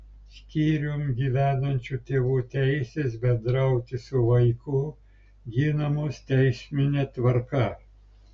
skyrium gyvenančių tėvų teisės bendrauti su vaiku ginamos teismine tvarka